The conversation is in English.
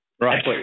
Right